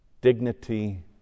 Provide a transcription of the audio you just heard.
Dignity